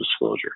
disclosure